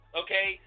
okay